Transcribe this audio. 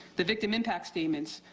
the victim impact statements,